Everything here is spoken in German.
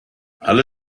alle